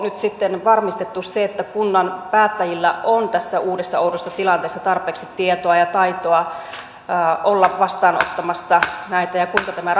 nyt sitten varmistettu se että kunnan päättäjillä on tässä uudessa oudossa tilanteessa tarpeeksi tietoa ja taitoa olla vastaanottamassa näitä ja kuinka tämä